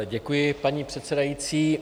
Děkuji, paní předsedající.